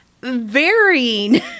varying